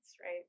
right